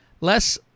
less